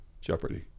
jeopardy